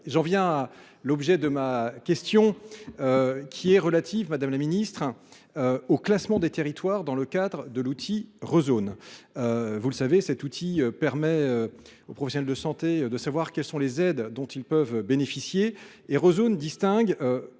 J’en viens à ma question, qui est relative au classement des territoires dans le cadre de l’outil Rézone. Vous le savez, cet outil permet aux professionnels de santé de savoir quelles sont les aides dont ils peuvent bénéficier. Rézone distingue,